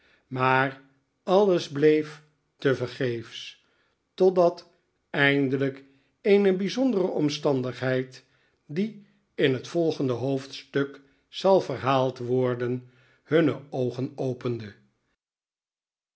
maar alles bleef tevergeefs totdat eindelijk eene bijzondere omstandigheid die in het volgende hoofdstuk zal verhaald worden hunne oogen opende